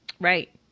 Right